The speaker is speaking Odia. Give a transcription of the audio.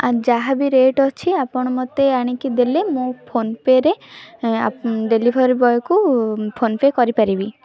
ଆଉ ଯାହାବି ରେଟ୍ ଅଛି ଆପଣ ମୋତେ ଆଣିକି ଦେଲେ ମୁଁ ଫୋନପେରେ ଡେଲିଭରି ବୟକୁ ଫୋନ୍ପେ କରିପାରିବି